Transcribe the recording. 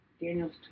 Daniel's